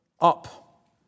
up